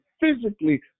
physically